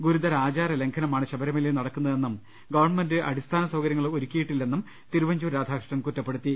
ഗുരു തര ആചാര ലംഘനമാണ് ശബരിമലയിൽ നടക്കുന്ന തെന്നും ഗവൺമെന്റ് അടിസ്ഥാന സൌകരൃങ്ങൾ ഒരു ക്കിയിട്ടില്ലെന്നും തിരുവഞ്ചൂർ രാധാകൃഷ്ണൻ കുറ്റപ്പെ ടുത്തി